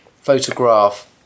photograph